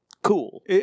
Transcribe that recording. Cool